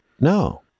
No